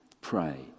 Pray